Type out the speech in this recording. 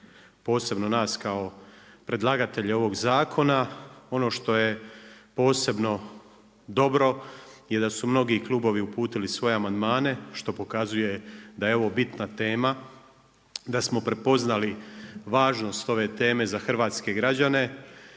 posebno nas kao predlagatelje ovog zakona. Ono što je posebno dobro je da su mnogi klubovi uputili svoje amandmane, što pokazuje da je ovo bitna tema, da smo prepoznali važnost ove teme za hrvatske građane